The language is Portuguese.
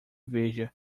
veja